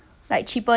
ya